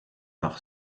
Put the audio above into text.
par